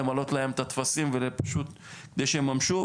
למלא להם את הטפסים ופשוט שיממשו,